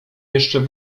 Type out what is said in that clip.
jeszcze